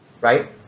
Right